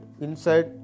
inside